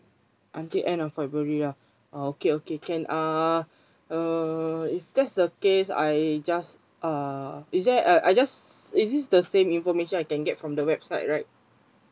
until end of february lah okay okay can uh uh if that's the case I just uh is there uh I just is it the same information I can get from the website right